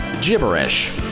gibberish